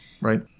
Right